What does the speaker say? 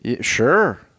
Sure